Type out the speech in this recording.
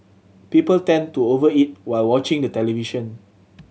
people tend to over eat while watching the television